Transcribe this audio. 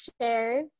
share